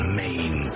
main